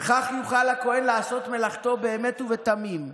וכך יוכל הכוהן לעשות מלאכתו באמת ובתמים,